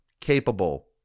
capable